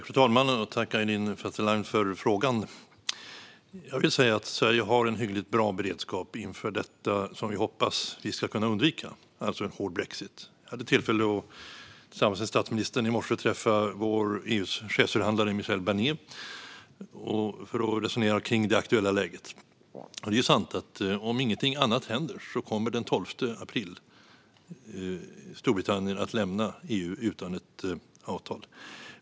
Fru talman! Tack, Aylin Fazelian, för frågan! Jag vill säga att Sverige har en hyggligt bra beredskap inför detta som vi hoppas kunna undvika, det vill säga en hård brexit. Jag hade tillsammans med statsministern tillfälle att i morse träffa EU:s chefsförhandlare Michel Barnier för att resonera om det aktuella läget. Det är sant att om ingenting annat händer kommer Storbritannien att lämna EU den 12 april utan ett avtal.